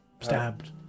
stabbed